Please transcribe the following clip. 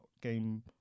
game